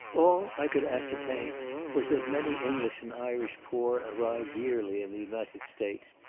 all i could ascertain was, that many english and irish poor arrived yearly in the united states,